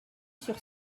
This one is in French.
sur